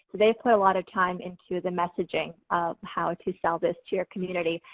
they put a lot of time into the messaging of how to sell this to your community.